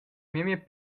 memia